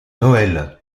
noël